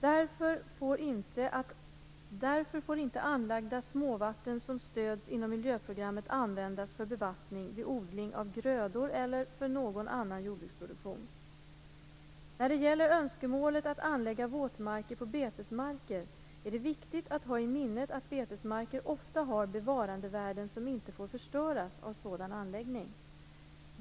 Därför får inte anlagda småvatten som stöds inom miljöprogrammet användas för bevattning vid odling av grödor eller för någon annan jordbruksproduktion. När det gäller önskemålet att anlägga våtmarker på betesmarker är det viktigt att ha i minnet att betesmarker ofta har bevarandevärden som inte får förstöras av sådan anläggning.